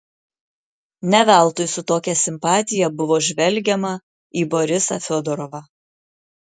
ne veltui su tokia simpatija buvo žvelgiama į borisą fiodorovą